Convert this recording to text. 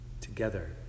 together